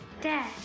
Dad